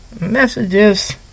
messages